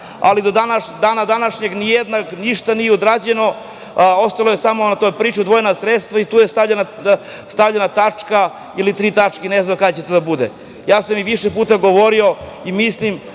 ali do današnjeg dana ništa nije odrađeno. Ostalo je samo na toj priči, odvojena sredstva i tu je stavljena tačka ili tri tačke. Ne znam kada će to da bude. Ja sam i više puta govorio i mislim,